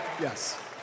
yes